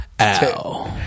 Ow